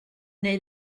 neu